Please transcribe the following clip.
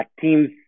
teams